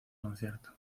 concierto